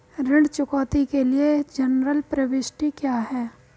ऋण चुकौती के लिए जनरल प्रविष्टि क्या है?